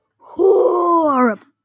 horrible